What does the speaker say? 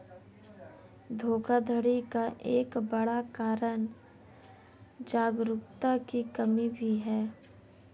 धोखाधड़ी का एक बड़ा कारण जागरूकता की कमी भी है